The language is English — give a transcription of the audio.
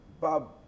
Bob